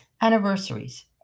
Anniversaries